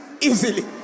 easily